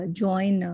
join